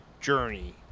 journey